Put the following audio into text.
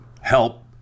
help